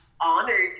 honored